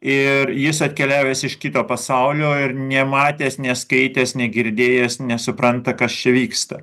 ir jis atkeliavęs iš kito pasaulio ir nematęs neskaitęs negirdėjęs nesupranta kas čia vyksta